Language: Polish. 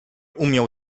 umiał